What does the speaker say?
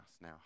now